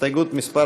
הסתייגות מס'